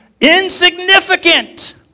insignificant